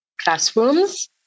classrooms